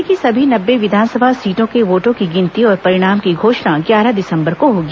राज्य की सभी नब्बे विधानसभा सीटों के वोटों की गिनती और परिणाम की घोषणा ग्यारह दिसंबर को होगी